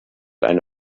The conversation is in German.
eine